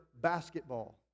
basketball